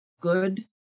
good